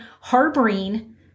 harboring